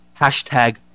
Hashtag